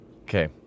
Okay